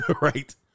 right